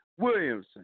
Williamson